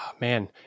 Man